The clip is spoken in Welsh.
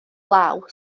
law